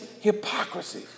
hypocrisy